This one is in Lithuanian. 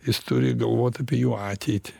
jis turi galvot apie jų ateitį